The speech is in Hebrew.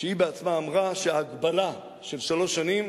שהיא בעצמה אמרה שההגבלה של שלוש שנים